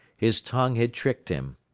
his tongue had tricked him.